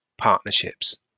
partnerships